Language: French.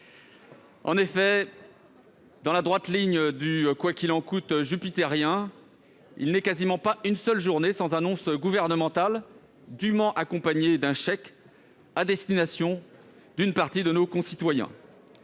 octobre. Dans la droite ligne du « quoi qu'il en coûte » jupitérien, il n'est quasiment pas une seule journée sans annonce gouvernementale dûment accompagnée d'un chèque à destination d'une partie de nos concitoyens.